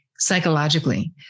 psychologically